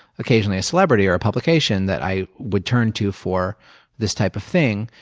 occasionally, a celebrity or a publication that i would turn to for this type of thing.